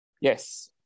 Yes